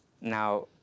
Now